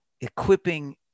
equipping